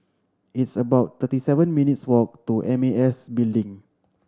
it's about thirty seven minutes' walk to M A S Building